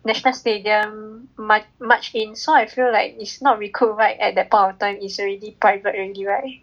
national stadium march march in so I feel like it's not recruit right at that point of time is already private already right